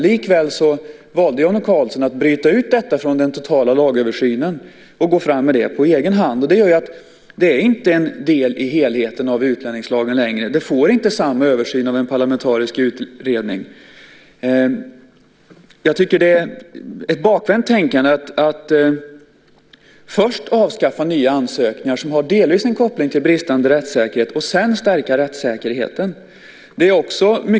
Likväl valde Jan O Karlsson att bryta ut frågan från den totala lagöversynen och gå fram med den på egen hand. Det gör att den inte längre är en del i helheten av utlänningslagen. Den får inte samma översyn av en parlamentarisk utredning. Jag tycker att det är ett bakvänt tänkande att först avskaffa nya ansökningar som delvis har en koppling till bristande rättssäkerhet och sedan stärka rättssäkerheten.